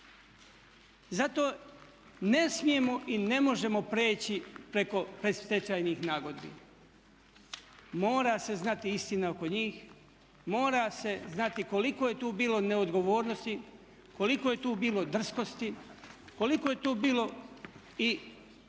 Zato ne smijemo i ne možemo preći preko predstečajnih nagodbi. Mora se znati istina oko njih, mora se znati koliko je tu bilo neodgovornosti, koliko je tu bilo drskosti, koliko je tu bilo i